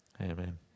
Amen